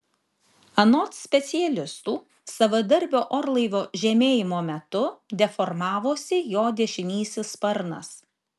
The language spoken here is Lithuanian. anot specialistų savadarbio orlaivio žemėjimo metu deformavosi jo dešinysis sparnas